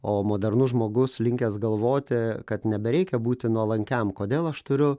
o modernus žmogus linkęs galvoti kad nebereikia būti nuolankiam kodėl aš turiu